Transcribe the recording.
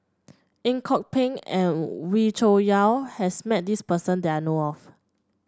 Ang Kok Peng and Wee Cho Yaw has met this person that I know of